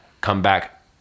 comeback